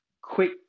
quick